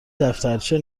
دفترچه